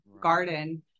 garden